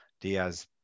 Diaz